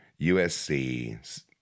USC